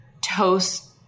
toast